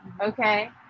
okay